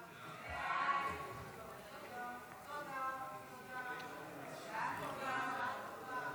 חוק הביטוח הלאומי (תיקון מס' 250),